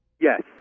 Yes